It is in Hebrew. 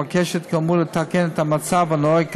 המבקשת כאמור לתקן את המצב הנוהג כיום.